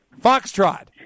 Foxtrot